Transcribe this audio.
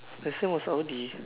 last time was audi